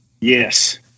yes